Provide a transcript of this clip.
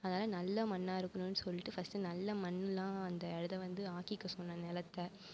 அதுனால நல்ல மண்ணா இருக்குனும்னு சொல்லிவிட்டு ஃபர்ஸ்டு நல்ல மண்ணுலாம் அந்த இதை வந்து வாங்கிக்க சொன்னன் நிலத்த